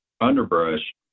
underbrush